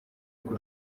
uko